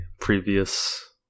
previous